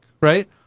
right